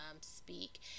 speak